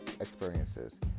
experiences